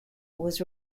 was